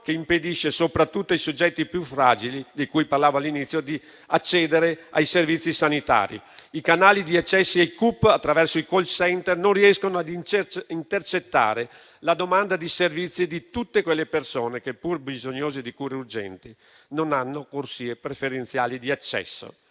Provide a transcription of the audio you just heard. che impedisce soprattutto ai soggetti più fragili, di cui parlavo all'inizio, di accedere ai servizi sanitari. I canali di accesso ai CUP attraverso i *call center* non riescono ad intercettare la domanda di servizi di tutte quelle persone che, pur bisognose di cure urgenti, non hanno corsie preferenziali di accesso.